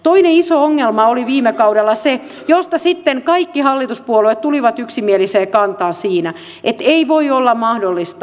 toinen iso ongelma oli viime kaudella se josta sitten kaikki hallituspuolueet tulivat yksimieliseen kantaan että ei voi olla mahdollista